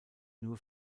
nur